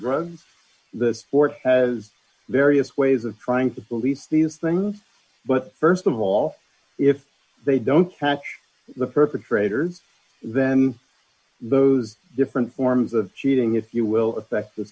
rather the sport have various ways of trying to police these things but st of all if they don't catch the perpetrators them those different forms of cheating if you will affect the